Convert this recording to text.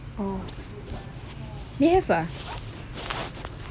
oh we have ah